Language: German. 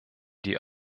die